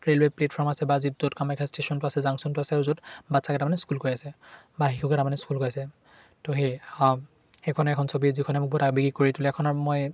railway platform আছে বা যিটোত কামাখ্যা ষ্টেচনটো আছে জাংশ্যনটো আছে আৰু য'ত বাচ্ছা কেইটামানে স্কুল গৈ আছে বা শিশু কেইটামানে স্কুল গৈ আছে তো সেই সেইখনেই এখন ছবি যিখনে মোক বহুত আবেগিক কৰি তোলে এইখনত মই